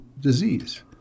disease